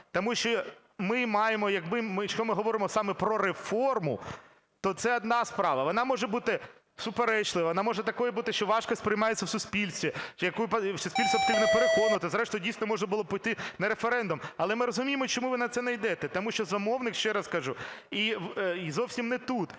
Якщо ми говоримо саме про реформу, то це одна справа. Вона може бути суперечлива. Вона може такою бути, що важко сприймається в суспільстві, в якій суспільство потрібно переконувати. Зрештою, дійсно, можна було б піти на референдум, Але ми розуміємо, чому ви на це не йдете: тому що замовник, ще раз кажу, зовсім не тут.